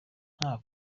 nta